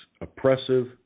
oppressive